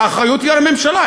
האחריות היא על הממשלה,